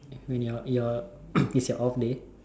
when your your is your off day